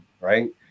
Right